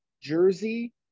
Jersey